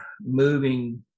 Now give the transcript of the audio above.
moving